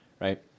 right